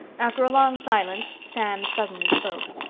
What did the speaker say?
after a long silence sam suddenly spoke.